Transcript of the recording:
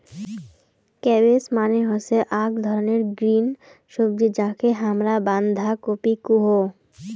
cabbage মানে হসে আক ধরণের গ্রিন সবজি যাকে হামরা বান্ধাকপি কুহু